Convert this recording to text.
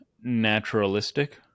naturalistic